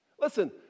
Listen